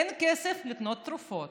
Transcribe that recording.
אין כסף לקנות תרופות,